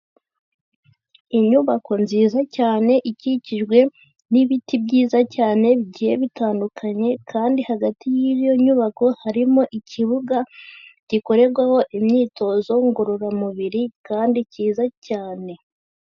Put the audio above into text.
Inyubako nziza cyane ikikijwe n'ibiti byiza cyane bigiye bitandukanye kandi hagati y'iyo nyubako harimo ikibuga gikorerwaho imyitozo ngororamubiri kandi cyiza cyane.